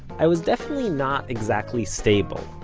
i was definitely not exactly stable,